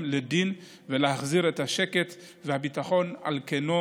לדין ולהחזיר את השקט והביטחון על כנו.